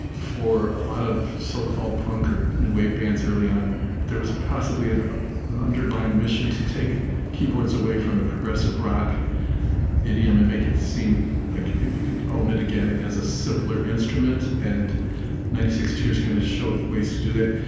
for a lot of so-called punk new wave bands early on there was possibly an an underlying mission to take keyboards away from the progressive rock idiom and make it seem like you could own it again as a simpler instrument and ninety six tears kind of showed ways to do that.